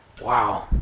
Wow